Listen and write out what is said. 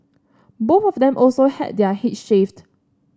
both of them also had their heads shaved